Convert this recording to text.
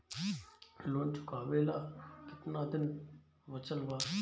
Loan चुकावे ला कितना दिन बचल बा?